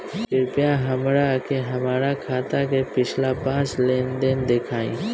कृपया हमरा के हमार खाता के पिछला पांच लेनदेन देखाईं